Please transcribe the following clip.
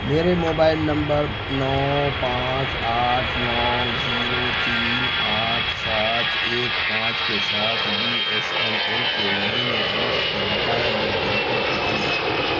میرے mobile number نو پانچ آٹھ نو زیرو تین آٹھ سات ایک پانچ کے ساتھ بی ایس این ایل کے مہینے اگست کے بقایا بل کی رقم کتنی ہے